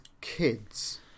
Kids